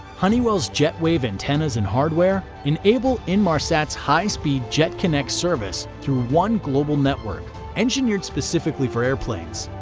honeywell's jetwave antennas and hardware enable inmarsat high-speed jet connex service through one global network engineered specifically for airplanes.